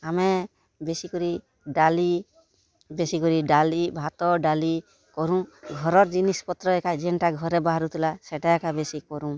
ଆମେ ବେଶୀକରି ଡ଼ାଲି ବେଶୀକରି ଡ଼ାଲି ଭାତ ଡ଼ାଲି କରୁଁ ଘରର୍ ଜିନିଷ୍ ପତ୍ର ଏକା ଯେନ୍ଟା ଘରେ ବାହାରୁଥିଲା ସେଟା ଏକା ବେଶୀ କରୁଁ